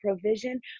provision